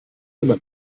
immer